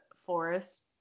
forest